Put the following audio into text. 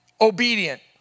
obedient